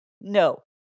No